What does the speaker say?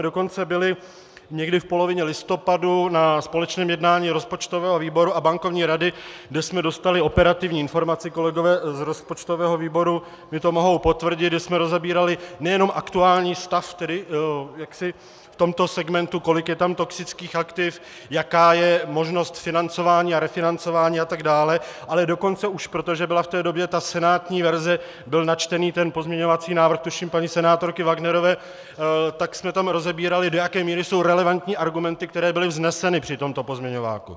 Dokonce jsme byli někdy v polovině listopadu na společném jednání rozpočtového výboru a bankovní rady, kde jsme dostali operativní informace kolegové z rozpočtového výboru mi to mohou potvrdit , kde jsme rozebírali nejenom aktuální stav v tomto segmentu, kolik je tam toxických aktiv, jaká je možnost financování a refinancování atd., ale dokonce už, protože byla v té době ta senátní verze, byl načten pozměňovací návrh tuším paní senátorky Wagnerové, tak jsme tam rozebírali, do jaké míry jsou relevantní argumenty, které byly vzneseny při tomto pozměňováku.